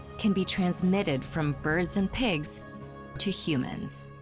can be transmitted from birds and pigs to humans.